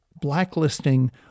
blacklisting